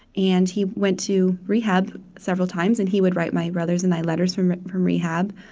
and he went to rehab several times, and he would write my brothers and i letters from from rehab.